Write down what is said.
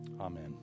Amen